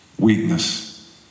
weakness